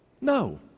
No